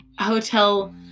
hotel